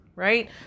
Right